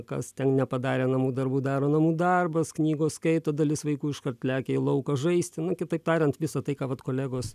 kas ten nepadarė namų darbų daro namų darbus knygos skaito dalis vaikų iškart lekia į lauką žaisti nu kitaip tariant visa tai ką vat kolegos